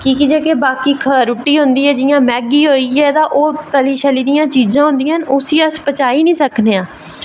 की के जि'यां बाकी रुट्टी होंदी ऐ जि'यां मैगी होई तली दियां चीज़ां होंदियां न उसी अस पचाई निं सकदे हैन